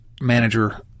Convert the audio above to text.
manager